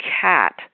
cat